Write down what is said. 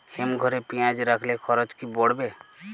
হিম ঘরে পেঁয়াজ রাখলে খরচ কি পড়বে?